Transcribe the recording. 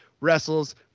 wrestles